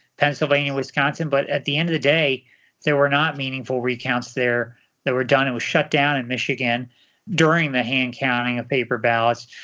pennsylvania, wisconsin, but at the end of the day there were not meaningful recounts there that were done. it was shut down in michigan during the hand counting of paper ballots.